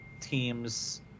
teams